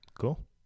Cool